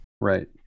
Right